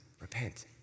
repent